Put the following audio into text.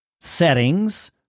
settings